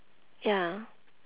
ya